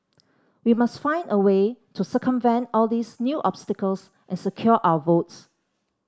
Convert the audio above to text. we must find a way to circumvent all these new obstacles and secure our votes